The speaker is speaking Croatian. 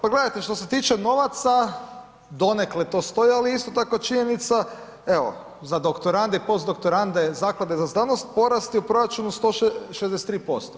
Pa gledajte, što se tiče novaca, donekle to stoji ali isto tako je činjenica evo, za doktorante i postdoktorante Zaklade za znanost, porast je u proračunu 163%